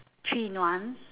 three in one